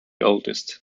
oldest